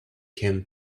came